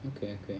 okay okay